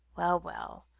well, well,